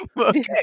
Okay